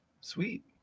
Sweet